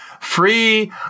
free